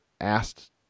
asked